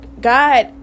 God